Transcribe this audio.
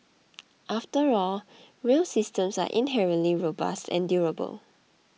after all rail systems are inherently robust and durable